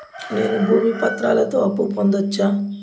నేను భూమి పత్రాలతో అప్పు పొందొచ్చా?